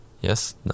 Yes